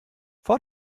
vor